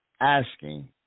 asking